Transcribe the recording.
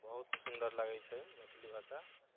बहुत सुन्दर लागै छै मैथिली भाषा